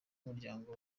umuryango